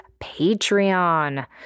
Patreon